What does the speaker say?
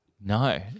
No